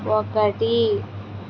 ఒకటి